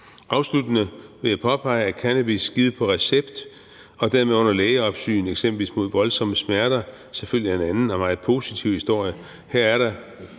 Afsluttende vil jeg påpege, at cannabis givet på recept og dermed under lægeopsyn, eksempelvis mod voldsomme smerter, selvfølgelig er en anden og meget positiv historie.